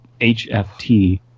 HFT